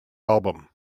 album